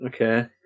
Okay